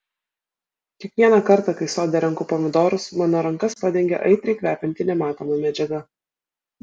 kiekvieną kartą kai sode renku pomidorus mano rankas padengia aitriai kvepianti nematoma medžiaga